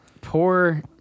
Poor